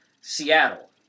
Seattle